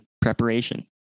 preparation